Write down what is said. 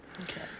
Okay